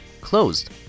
closed